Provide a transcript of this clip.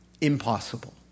impossible